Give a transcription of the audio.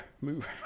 Move